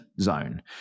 zone